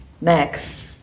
next